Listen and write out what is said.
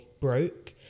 broke